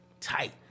tight